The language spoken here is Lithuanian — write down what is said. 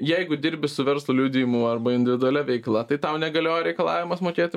jeigu dirbi su verslo liudijimu arba individualia veikla tai tau negalioja reikalavimas mokėti